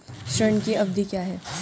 ऋण की अवधि क्या है?